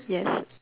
yes